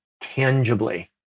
tangibly